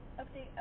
update